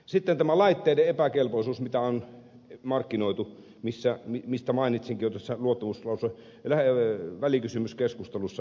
sitten tämä niiden laitteiden mitä on markkinoitu epäkelpoisuus mistä mainitsinkin jo tuossa välikysymyskeskustelussa